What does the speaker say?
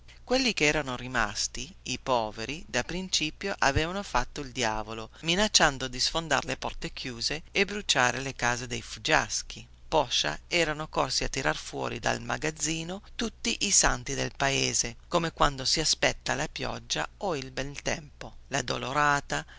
quelli che erano rimasti i più poveri da principio avevano fatto il diavolo minacciando di sfondar le porte chiuse e bruciare le case dei fuggiaschi poscia erano corsi a tirar fuori dal magazzino tutti i santi del paese come quando si aspetta la pioggia o il bel tempo laddolorata